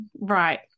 Right